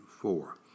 four